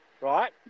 Right